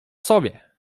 sobie